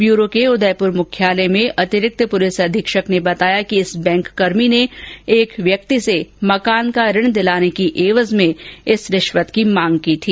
bureau के उदयपुर मुख्यालय में अतिरिक्त पुलिस अधीक्षक सुधीर जोशी ने बताया कि इस बैंककर्मी ने एक व्यक्ति से मकान का ऋण दिलाने की एवज में ये रिश्वत मांगी थी